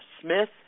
Smith